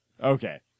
Okay